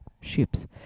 ships